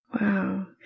Wow